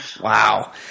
Wow